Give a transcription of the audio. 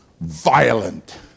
violent